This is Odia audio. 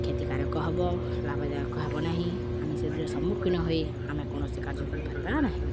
କ୍ଷତିକାରକ ହବ ଲାଭଦାୟକ ହେବ ନାହିଁ ଆମେ ସେଥିରେ ସମ୍ମୁଖୀନ ହୋଇ ଆମେ କୌଣସି କାର୍ଯ୍ୟ କରିପାରିବା ନାହିଁ